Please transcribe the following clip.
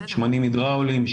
שמנים הידראוליים,